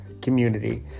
community